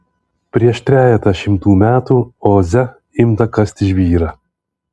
prieš trejetą šimtų metų oze imta kasti žvyrą